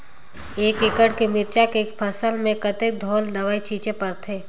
एक एकड़ के मिरचा के फसल म कतेक ढोल दवई छीचे पड़थे?